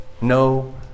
no